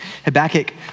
Habakkuk